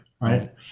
right